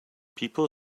people